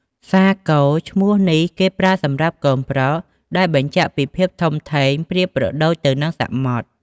សាគរ ឈ្មោះនេះគេប្រើសម្រាប់កូនប្រុស ដែលបញ្ជាក់ពីភាពធំធេងប្រៀបប្រដូចទៅនឹងសមុទ្រ។